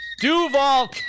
Duval